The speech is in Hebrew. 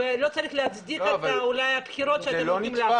לא צריך להצדיק את הבחירות שאולי תפסידו.